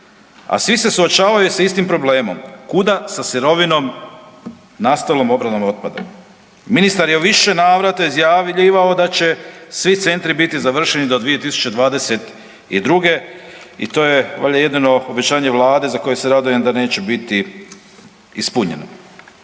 a svi se suočavaju sa istim problemom, kuda sa sirovinom nastalom obradom otpada. Ministar je u više navrata izjavljivao da će svi centri biti završeni do 2022. i to je valjda jedino obećanje Vlade za koje se radujem da neće biti ispunjeno.